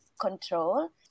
control